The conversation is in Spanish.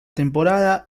temporada